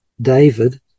David